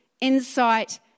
insight